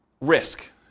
risk